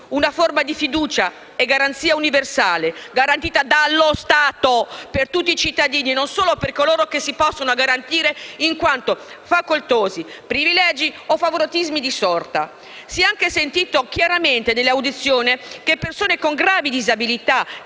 una forma di fiducia e garanzia universale garantita dallo Stato per tutti i cittadini e non solo per coloro che si possono garantire, in quanto facoltosi, privilegi o favoritismi di sorta. Si è anche sentito chiaramente nell'audizione che persone con gravi disabilità,